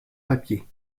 papier